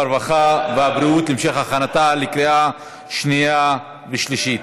הרווחה והבריאות להמשך הכנתה לקריאה שנייה ושלישית.